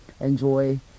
enjoy